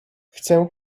chcę